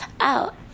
out